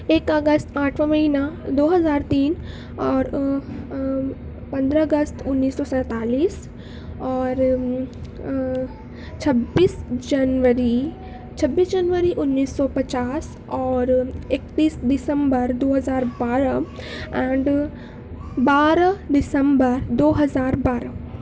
ایک اگست آٹھواں مہینہ دو ہزار تین اور پندرہ اگست انیس سو سینتالیس اور چھبیس جنوری چبھیس جنوری انیس سو پچاس اور اکتیس دسمبر دو ہزار بارہ اینڈ بارہ دسمبر دو ہزار بارہ